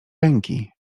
ręki